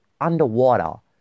underwater